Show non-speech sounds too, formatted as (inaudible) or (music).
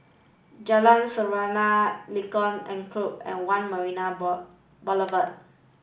Jalan Serene Lengkok Enam and One Marina (unintelligible) Boulevard